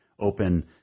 Open